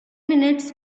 minutes